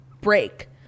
break